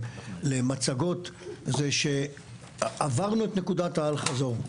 למצגות היא משום שעברנו את נקודת האל-חזור,